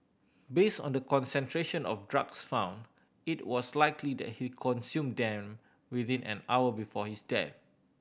based on the concentration of drugs found it was likely that he consumed them within an hour before his death